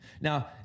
Now